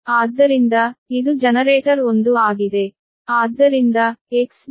ಆದ್ದರಿಂದ ಇದು ಜನರೇಟರ್ 1 ಆಗಿದೆ